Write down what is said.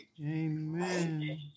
Amen